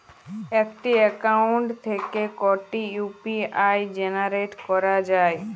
একটি অ্যাকাউন্ট থেকে কটি ইউ.পি.আই জেনারেট করা যায়?